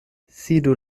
sidu